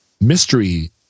mystery